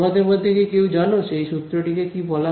তোমাদের মধ্যে কি কেউ জানো সেই সূত্রটি কে কি বলা হয়